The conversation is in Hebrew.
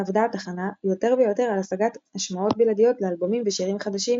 עבדה התחנה יותר ויותר על השגת השמעות בלעדיות לאלבומים ושירים חדשים,